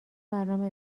برنامه